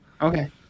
Okay